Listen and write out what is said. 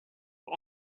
for